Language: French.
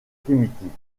primitives